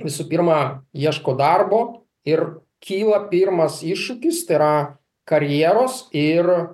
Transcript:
visų pirma ieško darbo ir kyla pirmas iššūkis tai yra karjeros ir